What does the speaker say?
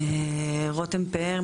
רותם פאר,